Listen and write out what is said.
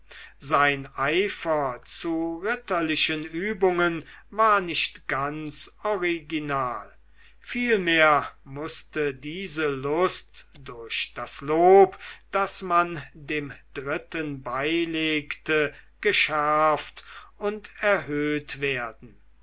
sein eifer zu ritterlichen übungen war nicht ganz original vielmehr mußte diese lust durch das lob das man dem dritten beilegte geschärft und erhöht werden